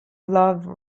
love